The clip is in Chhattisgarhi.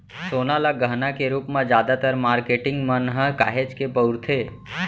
सोना ल गहना के रूप म जादातर मारकेटिंग मन ह काहेच के बउरथे